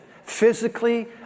physically